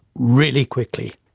really quickly.